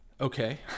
Okay